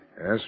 Yes